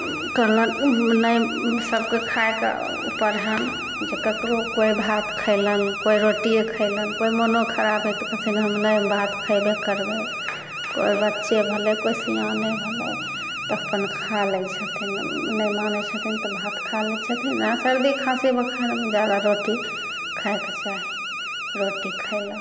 कहलनि नहि सबके खायके ऊपर हन जे केकरो कोइ भात खैलन कोइ रोटिए खैलन कोइ मोनो खराब हइ तऽ कहथिन हम नहि भात खयबै करबै कोइ बच्चे भेलै कोइ सियाने भेलै तऽ अपन खा लै छथिन नहि मानै छथिन तऽ भात खा लै छथिन आ सर्दी खाँसी बोखारमे जादा रोटी खायके चाही रोटी खैलक